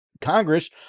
Congress